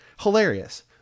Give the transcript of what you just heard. Hilarious